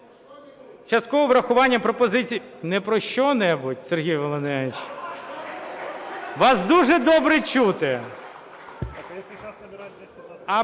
часткове врахування пропозицій... Не про що-небудь, Сергій Володимирович, вас дуже добре чути.